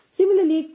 Similarly